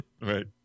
Right